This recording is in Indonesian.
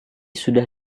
sudah